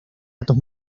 datos